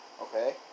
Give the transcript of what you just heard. Okay